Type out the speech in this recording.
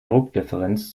druckdifferenz